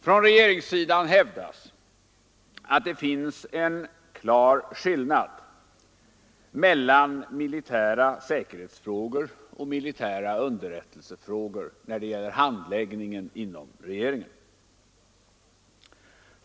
Från regeringssidan hävdas att det finns en klar skillnad mellan militära säkerhetsfrågor och militära underrättelsefrågor när det gäller handläggningen inom regeringen.